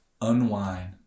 unwind